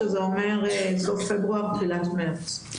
שזה אומר סוף פברואר תחילת מרץ.